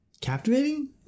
captivating